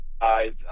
guys